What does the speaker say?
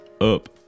up